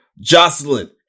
Jocelyn